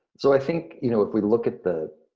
so i think you know if we look at the,